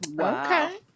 Okay